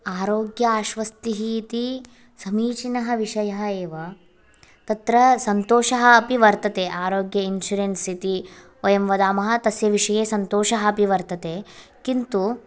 आरोग्य आश्वस्तिः इति समीचीनः विषयः एव तत्र सन्तोषः अपि वर्तते आरोग्य इन्शुरेन्स् इति वयं वदामः तस्य विषये सन्तोषः अपि वर्तते किन्तु